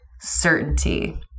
certainty